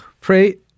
pray